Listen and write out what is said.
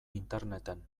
interneten